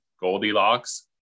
Goldilocks